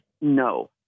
no